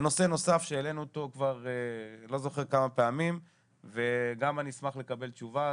נושא נוסף שהעלנו כבר מספר פעמים ואני אשמח לקבל גם לגביו תשובה,